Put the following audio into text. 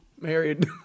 married